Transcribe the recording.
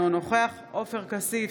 אינו נוכח עופר כסיף,